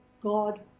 God